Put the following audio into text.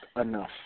enough